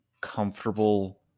comfortable